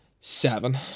Seven